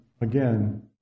again